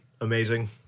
amazing